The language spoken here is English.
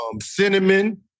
cinnamon